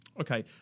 Okay